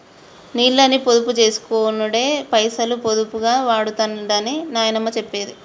నీళ్ళని పొదుపు చేసినోడే పైసలు పొదుపుగా వాడుతడని నాయనమ్మ చెప్పేది